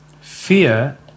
Fear